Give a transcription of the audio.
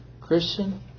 Christian